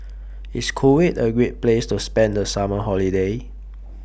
IS Kuwait A Great Place to spend The Summer Holiday